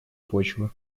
почвы